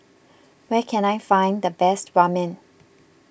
where can I find the best Ramen